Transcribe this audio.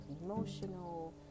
Emotional